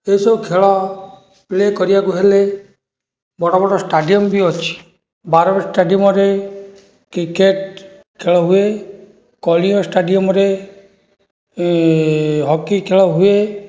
ଏଇସବୁ ଖେଳ ପ୍ଲେ' କରିବାକୁ ହେଲେ ବଡ଼ବଡ଼ ଷ୍ଟାଡ଼ିୟମ୍ ବି ଅଛି ବାରବାଟୀ ଷ୍ଟାଡ଼ିୟମ୍ରେ କ୍ରିକେଟ୍ ଖେଳ ହୁଏ କଳିଙ୍ଗ ଷ୍ଟାଡ଼ିୟମ୍ରେ ହକି ଖେଳହୁଏ